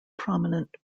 prominent